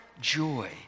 joy